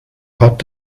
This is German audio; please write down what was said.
hat